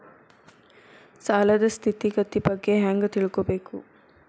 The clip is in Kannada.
ಸಾಲದ್ ಸ್ಥಿತಿಗತಿ ಬಗ್ಗೆ ಹೆಂಗ್ ತಿಳ್ಕೊಬೇಕು?